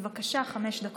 בבקשה, חמש דקות.